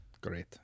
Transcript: great